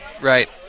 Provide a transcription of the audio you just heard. Right